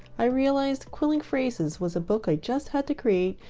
i realized quilling phrases was a book i just had to create,